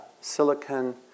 silicon